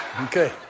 Okay